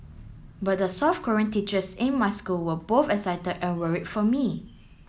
but the South Korean teachers in my school were both excited and worried for me